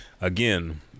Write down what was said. again